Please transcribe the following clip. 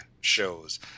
Shows